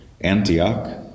Antioch